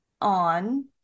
on